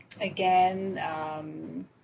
Again